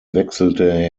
wechselte